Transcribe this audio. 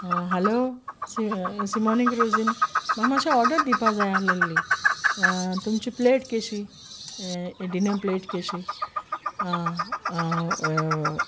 hello सिमोनीक रोजीन म्हाका मातशे ऑर्डर दिवपा जाय आसलोली तुमची प्लेट केशी कँटिना प्लेट केशी आ आ होय होय